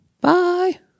Bye